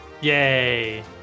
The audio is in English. yay